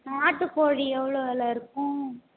நாட்டு கோழி எவ்வளோ வில இருக்கும்